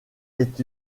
est